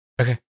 Okay